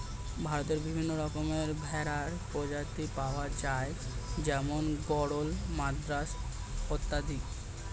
ভারতে বিভিন্ন রকমের ভেড়ার প্রজাতি পাওয়া যায় যেমন গরল, মাদ্রাজ অত্যাদি